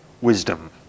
wisdom